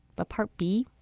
but part b.